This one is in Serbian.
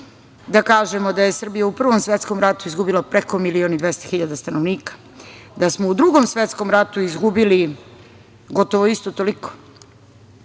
da kažemo da je Srbija u Prvom svetskom ratu izgubila preko milion i 200 hiljada stanovnika, da smo u Drugom svetskom ratu izgubili gotovo isto toliko